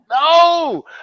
No